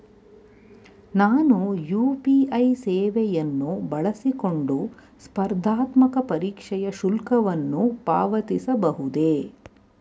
ನಾನು ಯು.ಪಿ.ಐ ಸೇವೆಯನ್ನು ಬಳಸಿಕೊಂಡು ಸ್ಪರ್ಧಾತ್ಮಕ ಪರೀಕ್ಷೆಯ ಶುಲ್ಕವನ್ನು ಪಾವತಿಸಬಹುದೇ?